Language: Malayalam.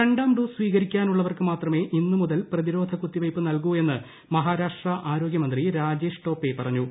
രണ്ടാം ഡോസ് സ്വീകരിക്കാൻ ഉള്ളവർക്ക് മാത്രമേ ഇന്ന് മുതൽ പ്രതിരോധ കുത്തിവയ്പ്പ് നൽകൂ എന്ന് മഹാരാഷ്ട്ര ആരോഗ്യമന്ത്രി രാജേഷ് ടോപ്പെ പറഞ്ഞു